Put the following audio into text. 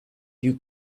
you